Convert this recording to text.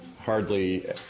hardly